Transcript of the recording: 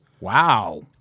Wow